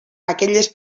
aquelles